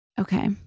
Okay